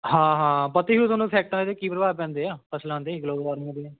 ਹਾਂ ਹਾਂ ਪਤਾ ਹੀ ਤੁਹਾਨੂੰ ਸੈਕਟਰਾ 'ਤੇ ਕੀ ਪ੍ਰਭਾਵ ਪੈਂਦੇ ਆ ਫ਼ਸਲਾਂ 'ਤੇ ਗਲੋਬਲ ਵਾਰਮਿੰਗ ਦੇ